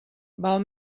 val